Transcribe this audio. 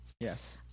Yes